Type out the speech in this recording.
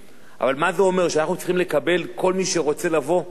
שאנחנו צריכים לקבל כל מי שרוצה לבוא ולשפר את חייו?